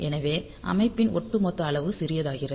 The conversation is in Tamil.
எனவே அமைப்பின் ஒட்டுமொத்த அளவு சிறியதாகிறது